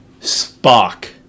Spock